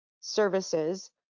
services